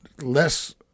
less